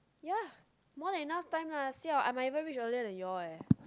ya more than enough time lah siao I might even reach earlier than you all leh